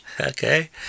Okay